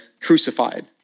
crucified